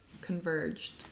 converged